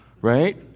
right